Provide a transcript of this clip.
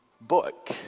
book